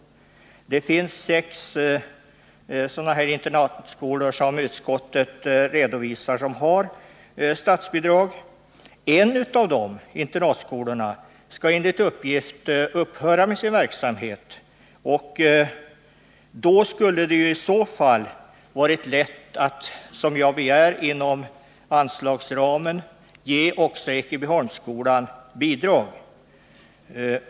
Enligt vad utskottet redovisar finns det sex enskilda internatskolor som har statsbidrag. En av dem skall enligt uppgift upphöra med sin verksamhet. I så fall skulle det vara lätt att, som jag begär, inom anslagsramen ge också Ekebyholmsskolan bidrag.